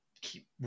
keep